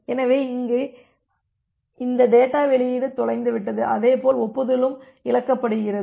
எனவே இங்கே இந்த டேட்டா வெளியீடு தொலைந்துவிட்டது அதே போல் ஒப்புதலும் இழக்கப்படுகிறது